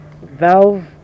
Valve